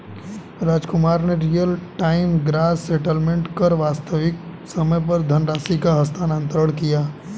रामकुमार ने real time gross settlement कर वास्तविक समय पर धनराशि का हस्तांतरण किया